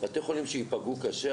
בתי חולים שייפגעו קשה,